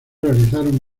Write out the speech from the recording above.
realizaron